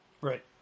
Right